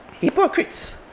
Hypocrites